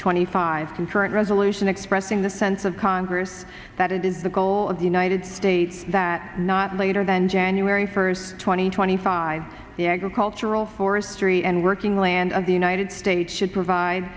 twenty five and current resolution expressing the sense of congress that it is the goal of the united states that not later than january first two thousand and twenty five the agricultural forestry and working land of the united states should provide